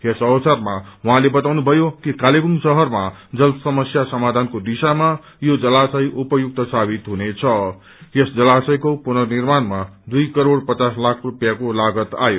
यस अवसरमा उहाँले बताउनुभयो कि कालेवुङ शहरमा जल समस्या समाधानको दिशामा यो जलाशय उपयुक्त सावित हुनेछ यस जलाशयको पुननिर्माणमा दुई करोड़ पचास लाख स्पिसयेँको लागत आयो